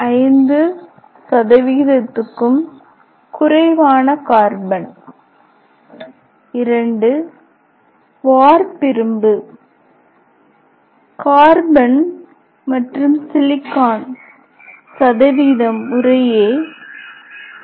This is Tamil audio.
035 க்கும் குறைவான கார்பன் ii வார்ப்பிரும்பு கார்பன் மற்றும் சிலிக்கான் முறையே 2